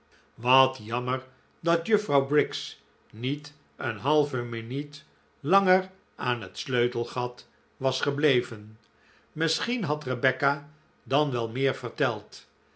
wat jammer dat juffrouw briggs niet een halve minuut langer aan het sleutelgat was gebleven misschien had rebecca dan wel meer verteld